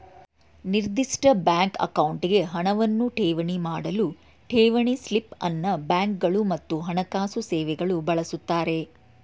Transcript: ನಿರ್ದಿಷ್ಟ ಬ್ಯಾಂಕ್ ಅಕೌಂಟ್ಗೆ ಹಣವನ್ನ ಠೇವಣಿ ಮಾಡಲು ಠೇವಣಿ ಸ್ಲಿಪ್ ಅನ್ನ ಬ್ಯಾಂಕ್ಗಳು ಮತ್ತು ಹಣಕಾಸು ಸೇವೆಗಳು ಬಳಸುತ್ತಾರೆ